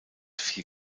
vier